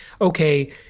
okay